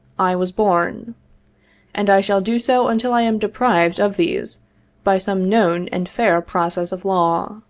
i was born and i shall do so until i am deprived of these by some known and fair process of law.